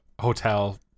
hotel